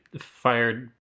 fired